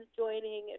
joining